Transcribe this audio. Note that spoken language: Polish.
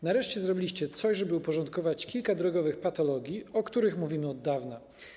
Nareszcie zrobiliście coś, żeby uporządkować kilka drogowych patologii, o których mówimy od dawna.